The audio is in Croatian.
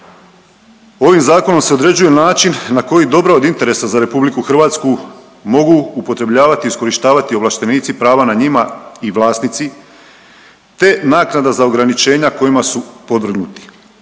Ovim zakonom se određuje način na koji dobro od interesa za RH mogu upotrebljavati i iskorištavati ovlaštenici prava na njima i vlasnici te naknada za ograničenja kojima su podvrgnuti.